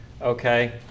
Okay